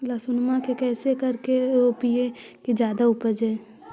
लहसूनमा के कैसे करके रोपीय की जादा उपजई?